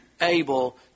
able